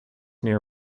near